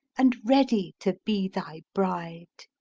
and readye to be thy bride.